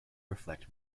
reflect